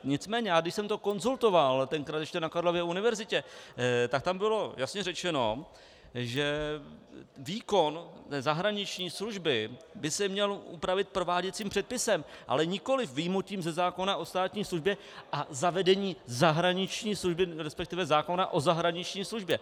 Nicméně když jsem to konzultoval tenkrát ještě na Karlově univerzitě, tak tam bylo jasně řečeno, že výkon zahraniční služby by se měl upravit prováděcím předpisem, ale nikoliv vyjmutím ze zákona o státní službě a zavedením zahraniční služby, respektive zákona o zahraniční službě.